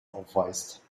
aufweist